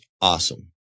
awesome